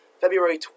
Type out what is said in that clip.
February